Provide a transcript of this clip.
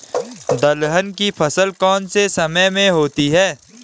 दलहन की फसल कौन से समय में होती है?